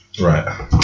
Right